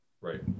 Right